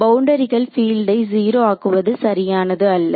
பவுண்டரிகள் பீல்டை 0 ஆக்குவது சரியானது அல்ல